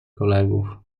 kolegów